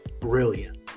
brilliant